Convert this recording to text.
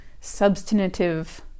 substantive